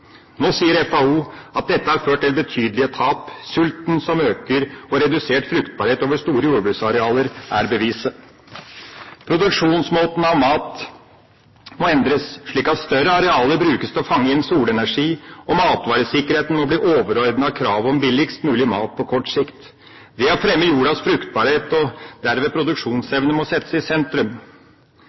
Nå sier FAO at dette har ført til betydelige tap. Sulten som øker, og redusert fruktbarhet over store jordbruksarealer, er beviset. Produksjonsmåten av mat må endres, slik at større arealer brukes til å fange inn solenergi, og matvaresikkerheten må bli overordnet kravet om billigst mulig mat på kort sikt. Det å fremme jordas fruktbarhet, og derved produksjonsevne, må settes i sentrum.